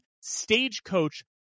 Stagecoach